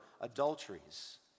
adulteries